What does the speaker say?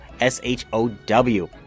S-H-O-W